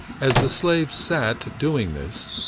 as the slave sat doing this,